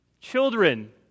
Children